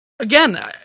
Again